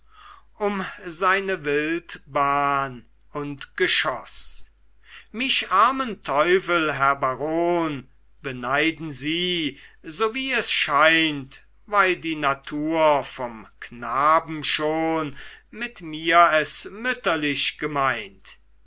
um seine wildbahn und geschoß mich armen teufel herr baron beneiden sie so wie es scheint weil die natur vom knaben schon mit mir es mütterlich gemeint